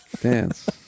dance